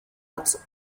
what